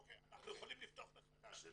אוקיי, אנחנו יכולים לפתוח מחדש.